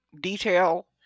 detail